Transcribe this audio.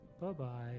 Bye-bye